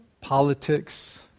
politics